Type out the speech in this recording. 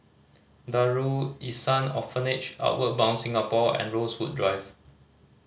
Darul Ihsan Orphanage Outward Bound Singapore and Rosewood Drive